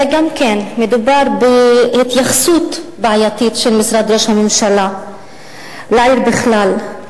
אלא מדובר גם בהתייחסות בעייתית של משרד ראש הממשלה לעיר בכלל.